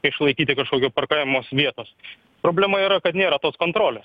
išlaikyti kažkokio parkavimos vietos problema yra kad nėra tos kontrolės